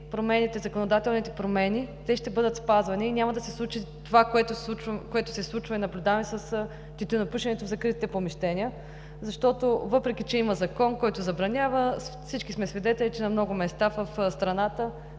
приети законодателните промени, те ще бъдат спазвани и няма да се случи това, което се наблюдава с тютюнопушенето в закритите помещения, защото въпреки че има закон, който забранява, всички сме свидетели, че на много места в страната